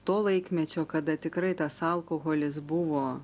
to laikmečio kada tikrai tas alkoholis buvo